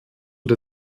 der